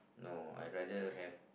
no I rather have